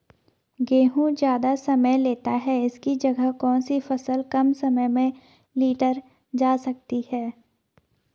गेहूँ ज़्यादा समय लेता है इसकी जगह कौन सी फसल कम समय में लीटर जा सकती है?